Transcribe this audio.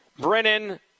Brennan